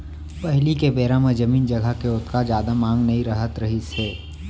पहिली के बेरा म जमीन जघा के ओतका जादा मांग नइ रहत रहिस हे